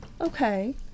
Okay